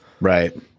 Right